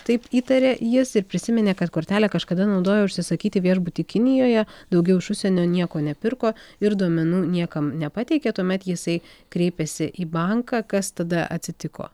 taip įtarė jis ir prisiminė kad kortelę kažkada naudojo užsisakyti viešbutį kinijoje daugiau iš užsienio nieko nepirko ir duomenų niekam nepateikė tuomet jisai kreipėsi į banką kas tada atsitiko